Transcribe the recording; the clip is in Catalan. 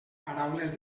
paraules